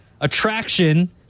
attraction